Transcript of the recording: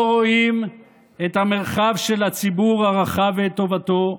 לא רואים את המרחב של הציבור הרחב ואת טובתו.